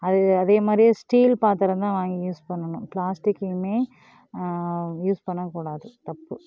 அது அதே மாதிரியே ஸ்டீல் பாத்திரம் தான் வாங்கி யூஸ் பண்ணணும் ப்ளாஸ்டிக் இனிமேல் யூஸ் பண்ணவேக்கூடாது தப்பு